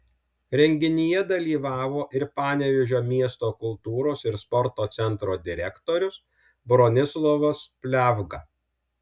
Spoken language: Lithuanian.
renginyje dalyvavo ir panevėžio miesto kultūros ir sporto centro direktorius bronislovas pliavga